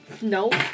Nope